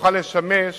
שיוכל לשמש